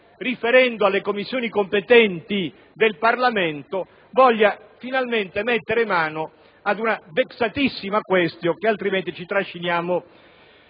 riferendo alle Commissioni competenti del Parlamento, voglia finalmente mettere mano ad una *vexatissima quaestio* che altrimenti ci trasciniamo,